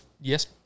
yes